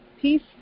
peace